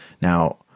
Now